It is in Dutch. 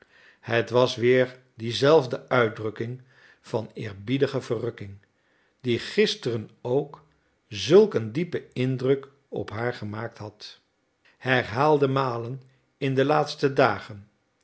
het was weer diezelfde uitdrukking van eerbiedige verrukking die gisteren ook zulk een diepen indruk op haar gemaakt had herhaalde malen in de laatste dagen